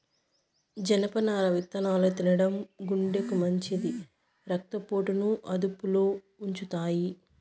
జనపనార విత్తనాలు తినడం గుండెకు మంచిది, రక్త పోటును అదుపులో ఉంచుతాయి